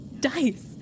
dice